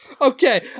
Okay